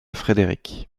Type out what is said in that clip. frederick